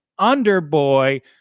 underboy